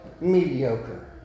mediocre